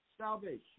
salvation